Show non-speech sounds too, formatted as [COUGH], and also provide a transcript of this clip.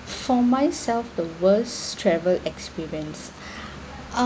for myself the worst travel experience [BREATH]